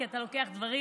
כי אתה לוקח דברים